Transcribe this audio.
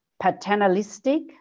paternalistic